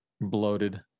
bloated